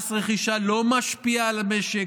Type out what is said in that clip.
מס רכישה לא משפיע על המשק,